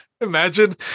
Imagine